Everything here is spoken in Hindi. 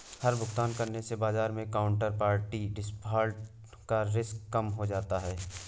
हर भुगतान करने से बाजार मै काउन्टरपार्टी डिफ़ॉल्ट का रिस्क कम हो जाता है